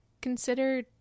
consider